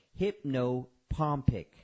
hypnopompic